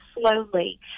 slowly